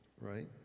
Right